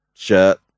Shirt